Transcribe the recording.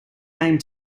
name